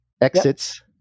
exits